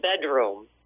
bedroom